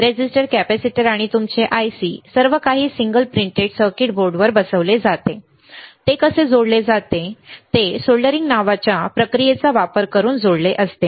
resistor capacitor आणि नंतर तुमचे IC सर्व काही सिंगल प्रिंटेड सर्किट बोर्डवर बसवले जाते ते कसे जोडले जाते ते सोल्डरिंग नावाच्या प्रक्रियेचा वापर करून जोडलेले असते